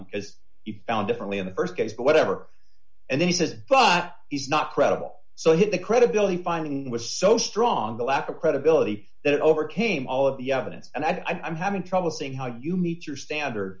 he found differently in the st case but whatever and then he says but he's not credible so i hit the credibility finding was so strong the lack of credibility that overcame all of the evidence i'm having trouble seeing how you meet your standard